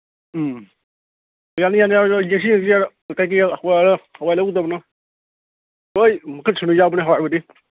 ꯎꯝ ꯌꯥꯅꯤ ꯌꯥꯅꯤ ꯌꯦꯡꯁꯤ ꯌꯦꯡꯁꯤ ꯀꯔꯤ ꯀꯔꯤ ꯍꯋꯥꯏ ꯂꯧꯒꯗꯕꯅꯣ ꯍꯣꯏ ꯃꯈꯟ ꯁꯨꯅ ꯌꯥꯎꯕꯅꯦ ꯍꯋꯥꯏꯕꯨꯗꯤ